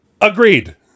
Agreed